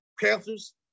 Panthers